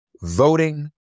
voting